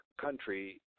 country